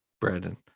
brandon